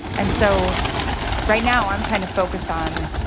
and so right now, i'm trying to focus on,